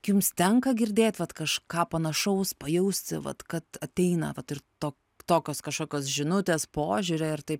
jums tenka girdėt vat kažką panašaus pajausti vat kad ateina vat ir to tokios kažkokios žinutės požiūrio ir taip